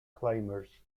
climbers